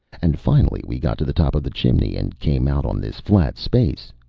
and finally we got to the top of the chimney and came out on this flat space,